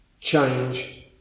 Change